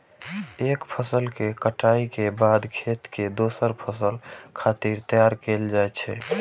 एक फसल के कटाइ के बाद खेत कें दोसर फसल खातिर तैयार कैल जाइ छै